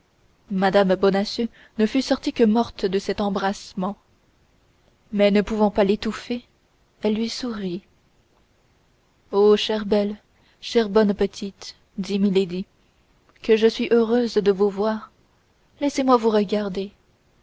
mme bonacieux ne fût sortie que morte de cet embrassement mais ne pouvant pas l'étouffer elle lui sourit o chère belle chère bonne petite dit milady que je suis heureuse de vous voir laissez-moi vous regarder